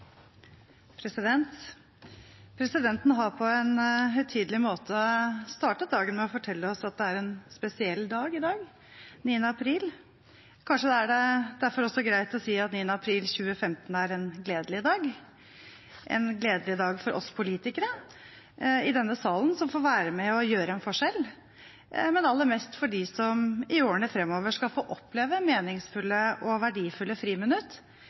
til. Presidenten har på en høytidelig måte startet dagen med å fortelle oss at det er en spesiell dag i dag – 9. april. Kanskje er det derfor også greit å si at 9. april 2015 er en gledelig dag, en gledelig dag for oss politikere i denne salen som får være med og gjøre en forskjell, men aller mest for dem som i årene framover skal få oppleve meningsfulle og verdifulle